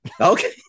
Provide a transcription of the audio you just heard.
Okay